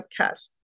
Podcast